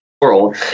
world